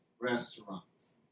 restaurants